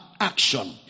action